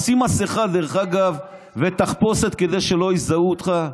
תשים מסכה, דרך אגב, ותחפושת, כדי שלא יזהו אותך,